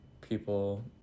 people